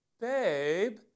babe